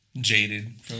Jaded